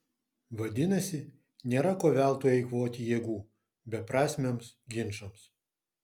vadinasi nėra ko veltui eikvoti jėgų beprasmiams ginčams